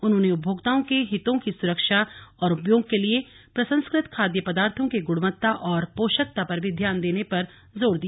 उन्होंने उपभोक्ताओं के हितों की सुरक्षा और उपयोग के लिए प्रसंस्कृत खाद्य पदार्थों के गुणवत्ता और पोषकता पर भी ध्यान देने पर जोर दिया